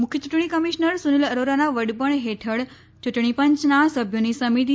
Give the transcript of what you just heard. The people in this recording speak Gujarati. મુખ્ય ચૂંટણી કમિશનર સુનીલ અરોરાના વડપણ હેઠળ ચૂંટણી પંચના સભ્યોની સમિતિ